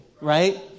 right